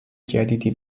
جدیدی